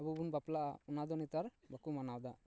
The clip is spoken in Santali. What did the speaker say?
ᱟᱵᱚ ᱵᱚᱱ ᱵᱟᱯᱞᱟᱜᱼᱟ ᱚᱱᱟᱫᱚ ᱱᱮᱛᱟᱨ ᱵᱟᱠᱚ ᱢᱟᱱᱟᱣ ᱮᱫᱟ